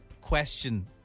question